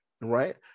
right